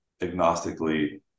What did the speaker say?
agnostically